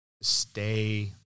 stay